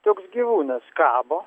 joks gyvūnas kabo